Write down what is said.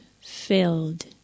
filled